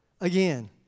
again